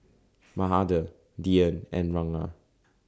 Mahade Dhyan and Ranga